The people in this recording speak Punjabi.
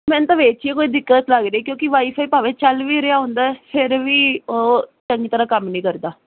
ਮੈਨੂੰ ਤਾਂ ਵਿੱਚ ਈ ਕੋਈ ਦਿੱਕਤ ਲੱਗ ਰਹੀ ਕਿਉਂਕੀ ਵਾਈ ਫਾਈ ਭਾਵੇਂ ਚੱਲ ਵੀ ਰਿਆ ਹੁੰਦਾ ਐ ਫੇਰ ਵੀ ਉਹ ਚੰਗੀ ਤਰ੍ਹਾਂ ਕੰਮ ਨੀ ਕਰਦਾ